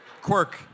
Quirk